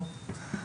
שבאו.